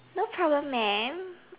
no problem mam